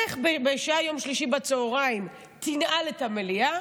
לך ביום שלישי בצוהריים ותנעל את המליאה,